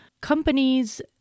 Companies